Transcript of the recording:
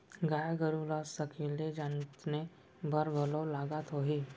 गाय गरू ल सकेले जतने बर घलौ लागत होही?